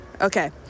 Okay